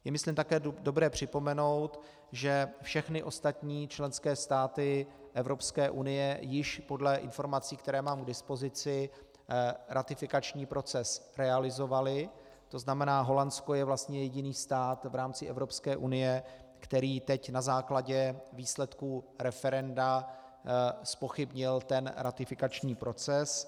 Je myslím také dobré připomenout, že všechny ostatní členské státy EU již podle informací, které mám k dispozici, ratifikační proces realizovaly, tzn. Holandsko je vlastně jediný stát v rámci Evropské unie, který teď na základě výsledků referenda zpochybnil ten ratifikační proces.